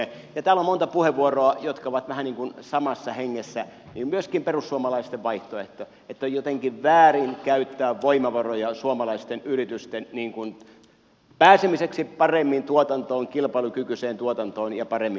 täällä on monta puheenvuoroa jotka ovat vähän niin kuin samassa hengessä myöskin perussuomalaisten vaihtoehto että on jotenkin väärin käyttää voimavaroja suomalaisten yritysten pääsemiseksi paremmin tuotantoon kilpailukykyiseen tuotantoon ja paremmin markkinoille